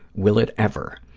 will it ever?